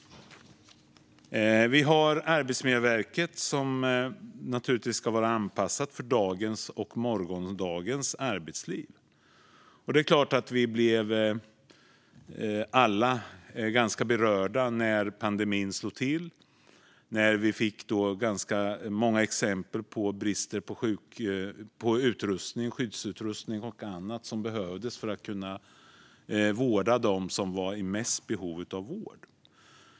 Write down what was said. Arbetsmiljöverket ska naturligtvis vara anpassat för dagens och morgondagens arbetsliv. Det är klart att vi alla blev ganska berörda när pandemin slog till och vi såg ganska många exempel på brist på utrustning, skyddsutrustning och annan, som behövdes för att kunna vårda dem som var i störst behov av vård.